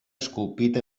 esculpit